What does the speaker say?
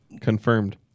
Confirmed